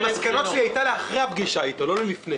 המסקנות שלי היו לאחרי הפגישה איתו, לא ללפני.